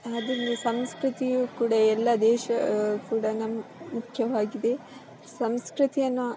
ಅದನ್ನು ಸಂಸ್ಕೃತಿಯು ಕೂಡ ಎಲ್ಲಾ ದೇಶ ಕೂಡ ನಮ್ಮ ಮುಖ್ಯವಾಗಿದೆ ಸಂಸ್ಕೃತಿಯನ್ನು